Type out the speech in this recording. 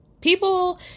People